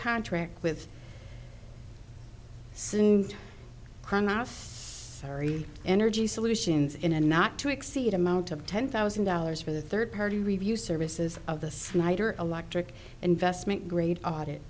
contract with soon hamas sorry energy solutions in a not to exceed amount of ten thousand dollars for the third party review services of the snyder electric investment grade audit